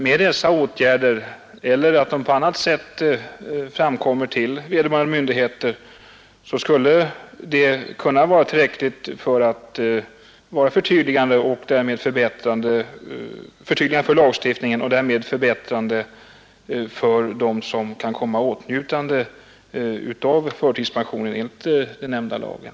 Sådana åtgärder, eller något annat sätt att vidarebefordra dessa synpunkter till vederbörande myndigheter, skulle kunna vara tillräckligt förtydligande för lagstiftarna och därmed verka förbättrande för dem som kan komma i åtnjutande av förtidspension enligt den nämnda lagen.